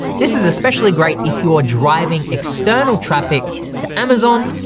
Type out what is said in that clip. this is especially great if you're driving external traffic to amazon,